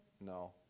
No